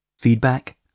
Feedback